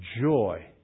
Joy